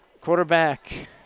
Quarterback